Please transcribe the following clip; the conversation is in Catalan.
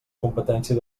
competència